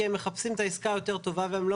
כי הם מחפשים את העסקה היותר טובה והם לא